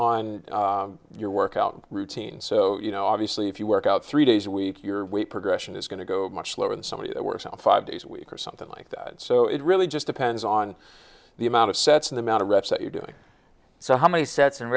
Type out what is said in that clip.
on your workout routine so you know obviously if you work out three days a week your progression is going to go much lower than somebody that works out five days a week or something like that so it really just depends on the amount of sets and the amount of reps that you're doing so how many sets and